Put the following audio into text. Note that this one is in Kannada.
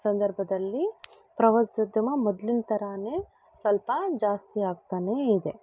ಸಂದರ್ಭದಲ್ಲಿ ಪ್ರವಾಸೋದ್ಯಮ ಮೊದ್ಲಿನ ಥರಾನೇ ಸ್ವಲ್ಪ ಜಾಸ್ತಿ ಆಗ್ತಾನೆ ಇದೆ